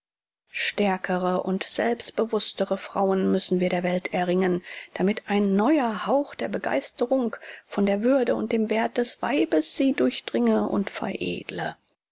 stärkere und selbstbewußtere frauen müssen wir der welt erringen damit ein neuer hauch der begeisterung von der würde und dem werth des weibes sie durchdringe und veredle